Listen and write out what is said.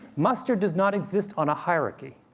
mustard does not exist on a hierarchy.